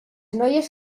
noies